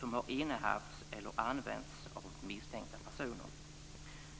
som har innehafts eller använts av misstänkta personer.